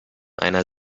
einer